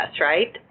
right